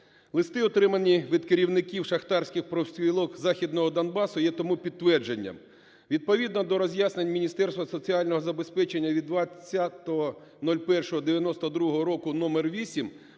Листи, отримані від керівників шахтарських профспілок "Західного Донбасу", є тому підтвердженням. Відповідно до роз'яснень Міністерства соціального забезпечення від 20.01.1992 року № 8,